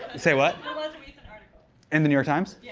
say what? in the new york times?